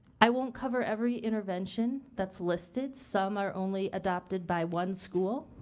i won't cover every intervention that's listed. some are only adopted by one school